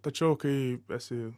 tačiau kai esi